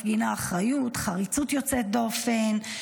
היא מפגינה אחריות וחריצות יוצאת דופן,